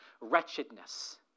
wretchedness